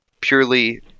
purely